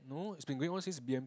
no it's been going on since B_M